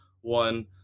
one